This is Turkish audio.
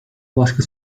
başka